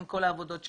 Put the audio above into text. עם כל העבודות שנעשו.